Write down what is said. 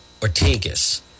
Ortegas